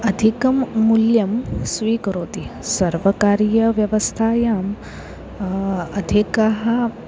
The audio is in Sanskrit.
अधिकं मूल्यं स्वीकरोति सर्वकारीयव्यवस्थायाम् अधिकाः